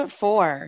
four